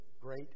great